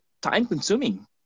time-consuming